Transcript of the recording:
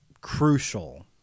Crucial